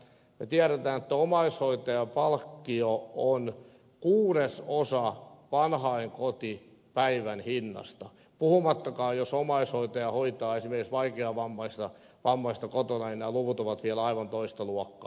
me tiedämme että omaishoitajan palkkio on kuudesosa vanhainkotipäivän hinnasta puhumattakaan siitä jos omaishoitaja hoitaa esimerkiksi vaikeavammaista kotona jolloin nämä luvut ovat vielä aivan toista luokkaa